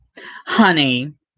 Honey